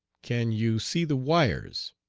can you see the wires?